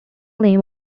name